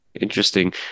Interesting